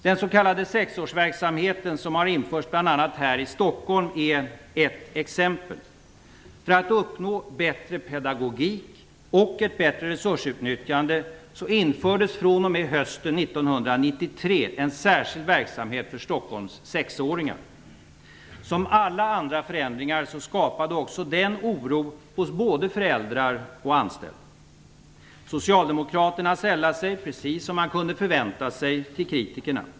Den s.k. sexårsverksamheten som har införts bl.a. här i Stockholm är ett exempel. För att uppnå bättre pedagogik och ett bättre resursutnyttjande infördes fr.o.m. hösten 1993 en särskild verksamhet för Stockholms sexåringar. Som alla andra förändringar skapade också den oro hos både föräldrar och anställda. Socialdemokraterna sällade sig, precis som man kunde förvänta sig, till kritikerna.